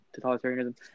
totalitarianism